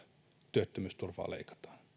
työttömyysturvaa leikataan